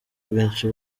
bwinshi